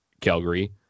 Calgary